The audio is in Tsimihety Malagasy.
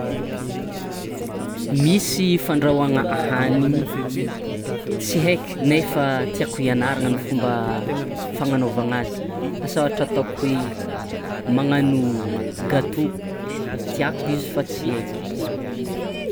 Misy fandrahoagna ahanigny tsy haiky naifa tiako ny fomba fagnanaovagna azy, asa ohatra atako hoe magnano gateau, tiako izy fa tsy haiky.